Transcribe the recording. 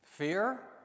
Fear